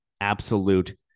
absolute